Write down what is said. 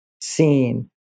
seen